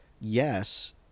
yes